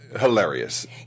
hilarious